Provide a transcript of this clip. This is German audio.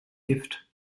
gift